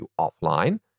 offline